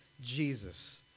Jesus